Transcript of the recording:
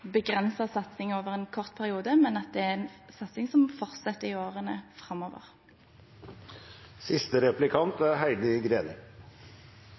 begrenset satsing over en kort periode, men at det er en satsing som må fortsette i årene framover.